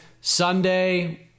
Sunday